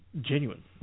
Genuine